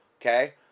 Okay